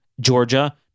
georgia